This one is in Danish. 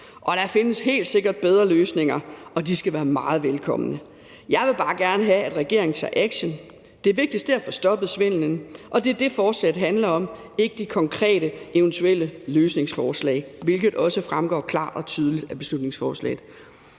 Og der findes helt sikkert bedre løsninger, og de skal være meget velkomne. Jeg vil bare gerne have, at regeringen tager action. Det vigtigste er at få stoppet svindelen, og det er det, forslaget handler om, ikke de konkrete eventuelle løsningsforslag, hvilket også fremgår klart og tydeligt af beslutningsforslaget.